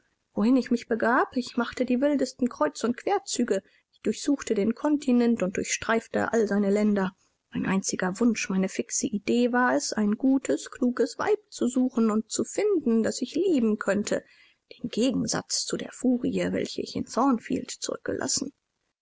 wohin ich mich begab ich machte die wildesten kreuz und querzüge ich durchsuchte den kontinent und durchschweifte all seine länder mein einziger wunsch meine fixe idee war es ein gutes kluges weib zu suchen und zu finden das ich lieben könnte den gegensatz zu der furie welche ich in thornfield zurückgelassen